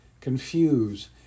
confuse